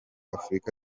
afurika